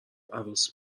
عروس